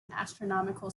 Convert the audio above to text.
astronomical